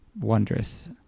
wondrous